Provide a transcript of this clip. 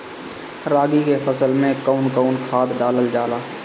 रागी के फसल मे कउन कउन खाद डालल जाला?